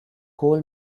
coal